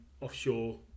offshore